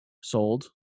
sold